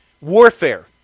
warfare